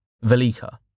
Velika